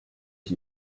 ich